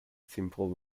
simple